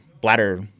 bladder